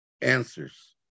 answers